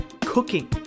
cooking